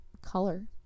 color